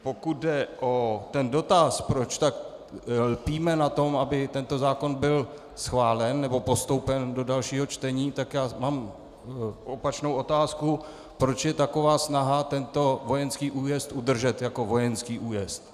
Pokud jde o dotaz, proč tak lpíme na tom, aby tento zákon byl schválen nebo postoupen do dalšího čtení, tak mám opačnou otázku: Proč je taková snaha tento vojenský újezd udržet jako vojenský újezd?